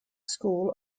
school